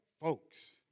folks